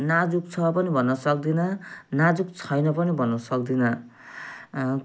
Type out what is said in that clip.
नाजुक छ पनि भन्न सक्दिनँ नाजुक छैन पनि भन्न सक्दिनँ